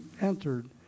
entered